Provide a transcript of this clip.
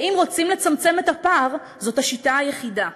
אם רוצים לצמצם את הפער, זו השיטה היחידה.